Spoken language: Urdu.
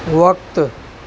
وقت